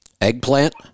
Eggplant